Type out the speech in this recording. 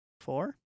four